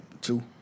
Two